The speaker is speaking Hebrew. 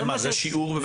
זה שיעור בבית הספר?